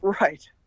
Right